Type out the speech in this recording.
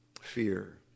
Fear